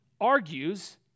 argues